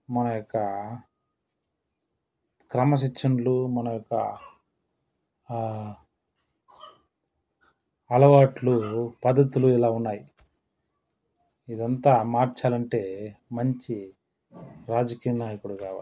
మా యొక్క క్రమశిక్షణలు మన యొక్క అలవాట్లు పద్ధతులు ఇలా ఉన్నాయి ఇదంతా మార్చాలంటే మంచి రాజకీయ నాయకుడు కావాలి